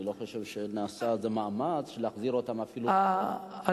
ואני לא חושב שנעשה איזה מאמץ להחזיר אותם אפילו הנקודה